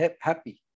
happy